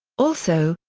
also,